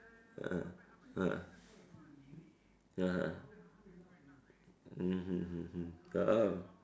uh uh (uh huh) mmhmm oh